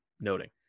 noting